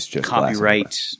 copyright